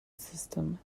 system